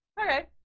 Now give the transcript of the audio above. Okay